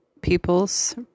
people's